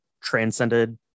transcended